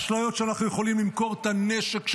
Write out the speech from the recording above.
אשליות שאנחנו יכולים למכור את הנשק שלנו,